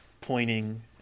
pointing